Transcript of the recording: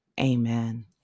Amen